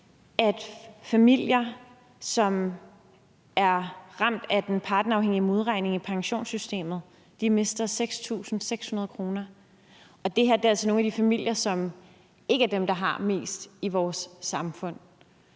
at familier, som er ramt af den partnerafhængige modregning i pensionssystemet, mister 6.600 kr., og det er altså nogle af de familier, som ikke er dem, der har mest i vores samfund.